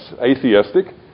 atheistic